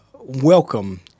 welcome